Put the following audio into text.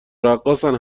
رقاصن